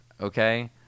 okay